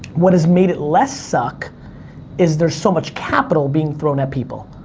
what has made it less suck is, there's so much capital being thrown at people.